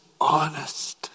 honest